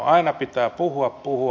aina pitää puhua puhua